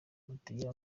amatiyo